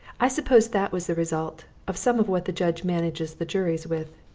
i suppose that was the result of some of what the judge manages the juries with.